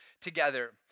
together